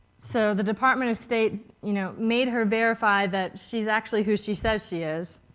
so the department of state you know made her verify that she's actually who she says she is,